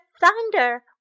thunder